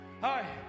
Hi